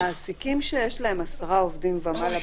על מעסיקים שיש להם 10 עובדים ומעלה,